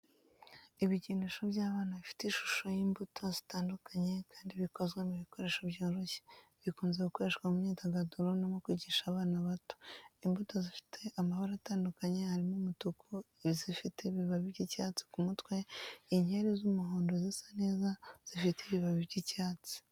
Ibikinisho by’abana bifite ishusho y’imbuto zitandukanye kandi bikozwe mu bikoresho byoroshye, bikunze gukoreshwa mu myidagaduro no mu kwigisha abana bato. Imbuto zifite amara atandukanye harimo umutuku, ifite ibibabi by’icyatsi ku mutwe. Inkeri z’umuhondo zisa neza zifite ibibabi by’icyatsi.